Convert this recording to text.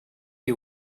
you